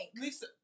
Lisa